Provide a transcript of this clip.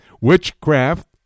witchcraft